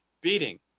beating